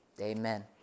Amen